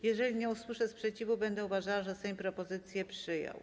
Jeżeli nie usłyszę sprzeciwu, będę uważała, że Sejm propozycję przyjął.